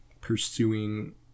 pursuing